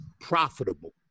profitable